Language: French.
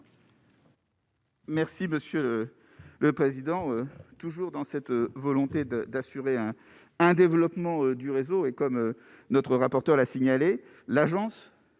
Merci monsieur le président, toujours dans cette volonté de d'assurer un un développement du réseau et comme notre rapporteur l'a signalé l'agence